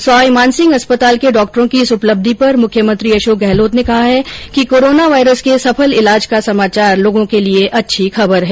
सवाई मानसिंह अस्पताल के डॉक्टरों की इस उपलब्धि पर मुख्यमंत्री अशोक गहलोत ने कहा है कि कोरोना वायरस के सफल इलाज का समाचार लोगों के लिए अच्छी खबर है